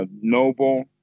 noble